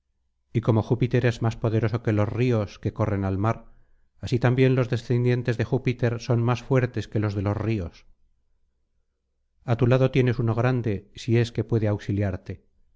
y como júpiter es más poderoso que los ríos que corren al mar así también los descendientes de júpiter son más fuertes que los de los ríos a tu lado tienes uno grande si es que puede auxiliarte